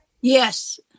Yes